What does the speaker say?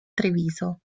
treviso